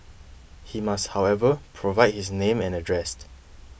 he must however provide his name and address